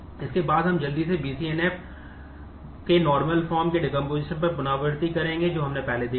इसके बाद हम जल्दी से BCNF बॉयस कॉड के नार्मल फॉर्म पर पुनरावृत्ति करेंगे जो हमने पहले देखा था